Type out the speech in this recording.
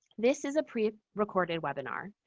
this is a pre-recorded webinar.